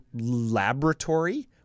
laboratory